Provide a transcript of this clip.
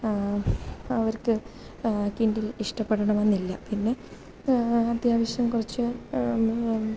അവർക്ക് കിൻഡിൽ ഇഷ്ടപ്പെടണം എന്നില്ല പിന്നെ അത്യാവശ്യം കുറച്ച്